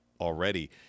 already